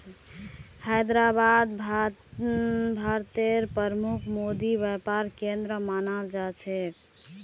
हैदराबादक भारतेर प्रमुख मोती व्यापार केंद्र मानाल जा छेक